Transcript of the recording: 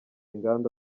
nganda